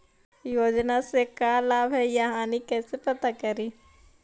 योजना से का लाभ है या हानि कैसे पता करी?